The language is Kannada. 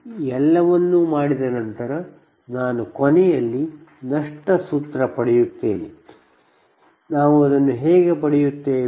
ಈ ಎಲ್ಲವನ್ನು ಮಾಡಿದ ನಂತರ ನಾನು ಕೊನೆಯಲ್ಲಿ ನಷ್ಟ ಸೂತ್ರ ಪಡೆಯುತ್ತೇನೆ